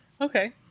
Okay